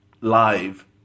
live